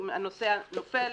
אם הנוסע נופל.